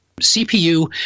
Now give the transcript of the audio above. CPU